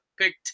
picked